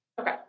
Okay